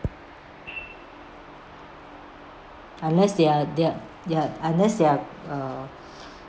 unless they are they're they're unless they are uh